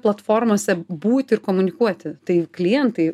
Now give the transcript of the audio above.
platformose būti ir komunikuoti tai klientai